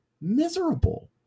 miserable